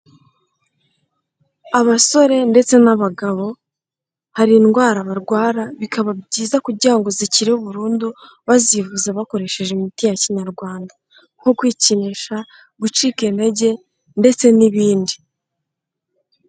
Abasore ndetse n'abagabo hari indwara barwara, bikaba byiza kugira ngo zikire burundu bazivuza bakoresheje imiti ya kinyarwanda, nko kwikinisha, gucika intege ndetse n'ibindi.